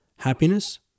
Happiness